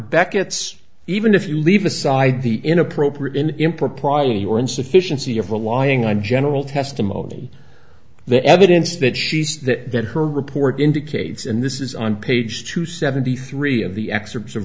beckett's even if you leave aside the inappropriate in impropriety or insufficiency of a lying on general testimony the evidence that she says that her report indicates and this is on page two seventy three of the excerpts of